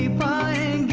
by